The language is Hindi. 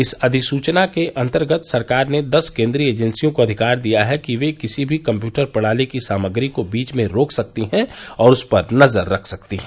इस अधिसूचना के अंतर्गत सरकार ने दस केन्द्रीय एजेंसियों को अधिकार दिया है कि वे किसी भी कम्पयूटर प्रणाली की सामग्री को बीच में रोक सकती हैं और उस पर नजर रख सकती हैं